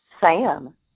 Sam